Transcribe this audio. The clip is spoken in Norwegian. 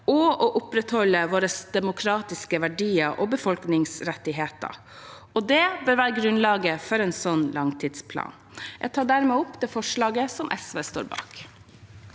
og opprettholde våre demokratiske verdier og befolkningsrettigheter. Det bør være grunnlaget for en slik langtidsplan. Jeg tar dermed opp forslaget som SV og